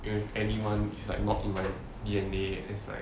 with anyone is like not in my D_N_A is like